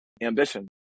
ambition